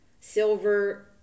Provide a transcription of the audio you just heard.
Silver